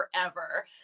forever